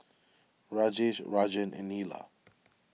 Rajesh Rajan and Neila